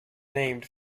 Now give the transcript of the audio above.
named